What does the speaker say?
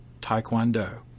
Taekwondo